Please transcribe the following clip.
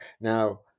Now